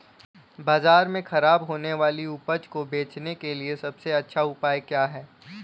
बाजार में खराब होने वाली उपज को बेचने के लिए सबसे अच्छा उपाय क्या है?